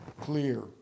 clear